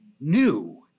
new